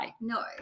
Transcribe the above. No